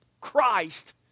Christ